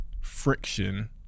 friction